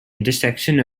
intersection